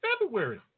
February